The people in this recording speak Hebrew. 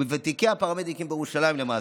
מוותיקי הפרמדיקים בירושלים למעשה.